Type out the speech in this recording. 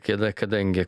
kada kadangi